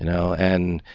you know and,